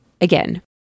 Again